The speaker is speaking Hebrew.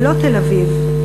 ולא תל-אביב,